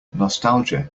nostalgia